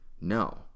No